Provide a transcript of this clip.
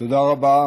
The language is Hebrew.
תודה רבה.